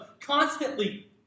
constantly